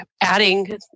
adding